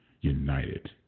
united